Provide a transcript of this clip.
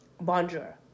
bonjour